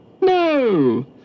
No